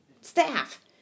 staff